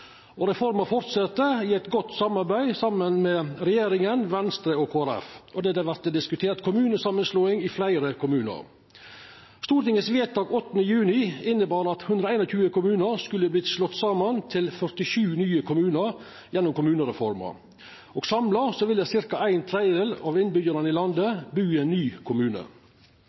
samanslåing. Reforma fortset i eit godt samarbeid mellom regjeringa, Venstre og Kristeleg Folkeparti. Det vert diskutert kommunesamanslåing i fleire kommunar. Stortingets vedtak den 8. juni innebar at 121 kommunar skulle slåast saman til 47 nye kommunar gjennom kommunereforma, og samla ville ca. ein tredel av innbyggjarane i landet bu i ein ny kommune.